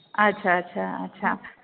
अच्छा अच्छा अच्छा